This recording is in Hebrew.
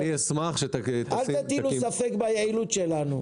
אל תטילו ספק ביעילות שלנו.